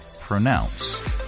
pronounce